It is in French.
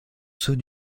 ceux